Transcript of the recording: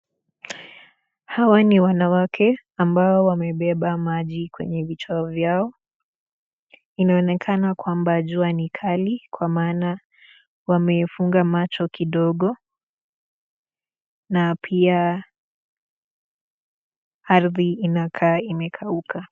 Hawa ni wanawake ambao wamebeba maji kwenye vichwa vyao, inaonekana kuwa jua ni kali Kwa maana wamefunga macho kidogo na pia ardhi imekaa imekauka